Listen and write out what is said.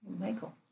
Michael